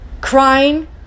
crying